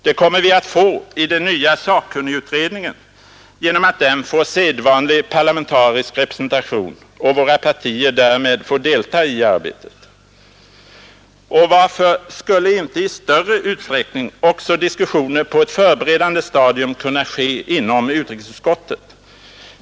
Det kommer vi att få i den nya sakkunnigutredningen genom att den får sedvanlig parlamentarisk representation och våra partier därmed får delta i arbetet. Varför skulle inte i större utsträckning också diskussioner på ett förberedande stadium kunna ske inom utrikesutskottet?